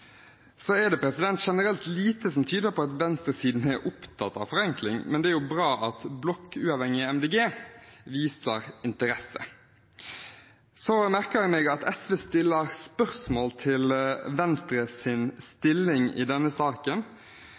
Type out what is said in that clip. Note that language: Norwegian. Det er generelt lite som tyder på at venstresiden er opptatt av forenkling, men det er jo bra at blokkuavhengige Miljøpartiet De Grønne viser interesse. Jeg merker meg at SV stiller spørsmål om Venstres stilling i denne saken.